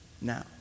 now